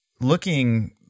looking